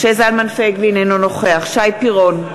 נגד משה זלמן פייגלין, אינו נוכח שי פירון,